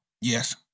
Yes